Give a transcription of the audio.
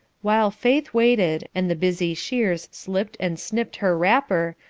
while faith waited, and the busy shears slipped and snipped her wrapper,